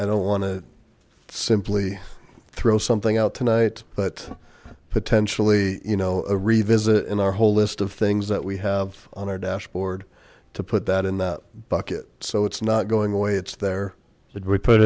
i don't want to simply throw something out tonight but potentially you know a revisit in our whole list of things that we have on our dashboard to put that in the bucket so it's not going away it's there th